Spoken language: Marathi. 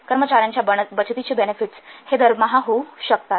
कर्मचार्यांच्या बचतीचे बेनेफिट्स हे दरमहा होऊ शकतात